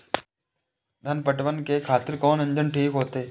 धान पटवन के खातिर कोन इंजन ठीक होते?